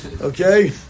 Okay